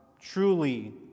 truly